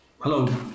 Hello